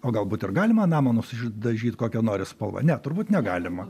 o galbūt ir galima namą nusidažyt kokia nori spalva ne turbūt negalima